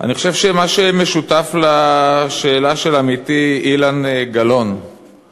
אני חושב שמה שמשותף לשאלה של עמיתי אילן גלאון,